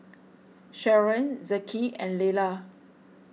Sharon Zeke and Leila